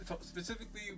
specifically